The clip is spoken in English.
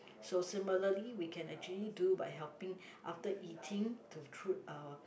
so similarly we can actually do by helping after eating to put our